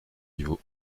niveau